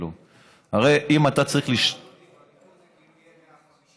הרי אם אתה צריך, בליכוד זה יהיה 50?